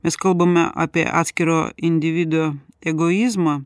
mes kalbame apie atskiro individo egoizmą